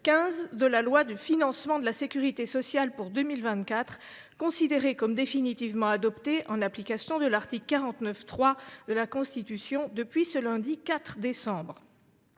15 de la loi de financement de la sécurité sociale pour 2024, considérée comme définitivement adopté en application de l’article 49.3 de la Constitution depuis ce lundi 4 décembre.